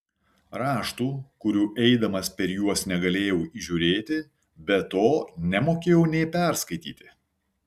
raštų kurių eidamas per juos negalėjau įžiūrėti be to nemokėjau nė perskaityti